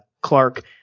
Clark